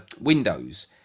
windows